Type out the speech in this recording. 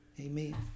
Amen